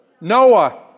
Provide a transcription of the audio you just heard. Noah